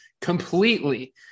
completely